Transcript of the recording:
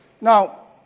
Now